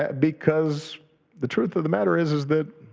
because the truth of the matter is is that